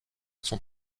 son